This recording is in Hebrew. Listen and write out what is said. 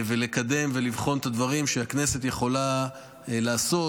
לקדם ולבחון את הדברים שהכנסת יכולה לעשות